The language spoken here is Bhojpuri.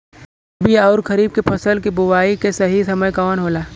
रबी अउर खरीफ के फसल के बोआई के सही समय कवन होला?